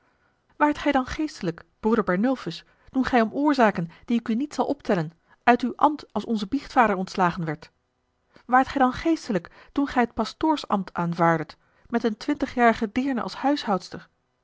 waart gij dan geestelijk broeder bernulphus toen gij om oorzaken die ik u niet zal optellen uit uw ambt als onze biechtvader ontslagen werdt waart gij dan geestelijk toen gij t pastoorsambt aanvaarddet met een twintigjarige deerne als